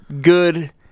good